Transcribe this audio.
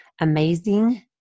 amazing